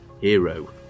hero